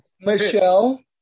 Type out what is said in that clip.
Michelle